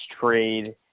trade